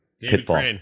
Pitfall